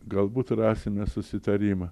galbūt rasime susitarimą